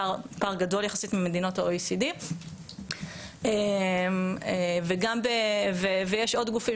פער גדול יחסית ממדינות OECD. ויש עוד גופים